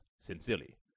sincerely